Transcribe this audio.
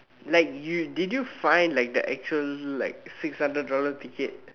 like you did you find the actual like six hundred dollar ticket